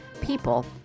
people